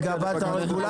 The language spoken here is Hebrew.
את מגבה את הרגולטור?